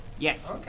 Yes